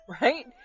Right